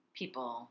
people